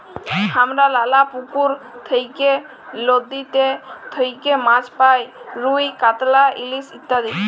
হামরা লালা পুকুর থেক্যে, লদীতে থেক্যে মাছ পাই রুই, কাতলা, ইলিশ ইত্যাদি